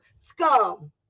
scum